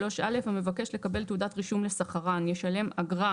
"3(א) המבקש לקבל תעודת רישום לסחרן ישלם אגרה",